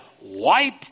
wipe